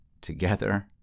together